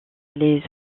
les